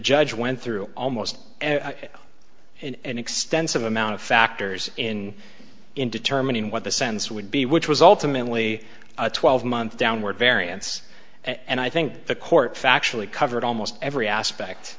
judge went through almost every and extensive amount of factors in in determining what the sense would be which was ultimately a twelve month downward variance and i think the court factually covered almost every aspect